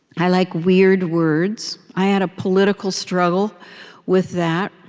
i like weird words. i had a political struggle with that.